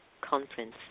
conference